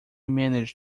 manage